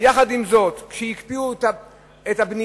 עם זה שהקפיאו את הבנייה,